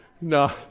No